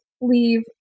leave